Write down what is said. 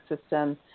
system